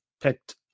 picked